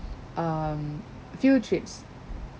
um field trips